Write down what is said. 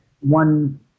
one